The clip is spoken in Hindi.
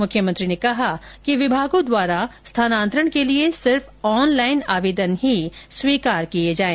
मुख्यमंत्री ने कहा कि विभागों द्वारा स्थानांतरण के लिए सिर्फ ऑनलाइन आवेदन ही स्वीकार किए जाएं